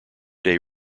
day